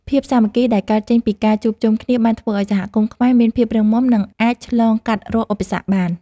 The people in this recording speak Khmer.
ភាពសាមគ្គីដែលកើតចេញពីការជួបជុំគ្នាបានធ្វើឱ្យសហគមន៍ខ្មែរមានភាពរឹងមាំ និងអាចឆ្លងកាត់រាល់ឧបសគ្គបាន។